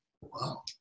Wow